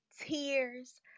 tears